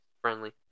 friendly